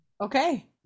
okay